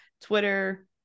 Twitter